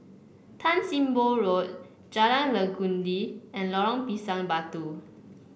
Tan Sim Boh Road Jalan Legundi and Lorong Pisang Batu